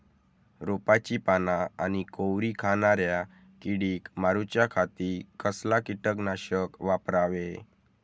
रोपाची पाना आनी कोवरी खाणाऱ्या किडीक मारूच्या खाती कसला किटकनाशक वापरावे?